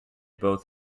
both